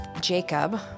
Jacob